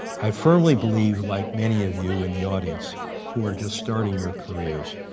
i firmly believe like many of you in the audience who are just starting your careers,